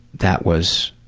that was,